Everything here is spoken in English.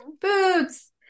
boots